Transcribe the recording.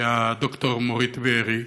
ד"ר מורית בארי,